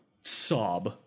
sob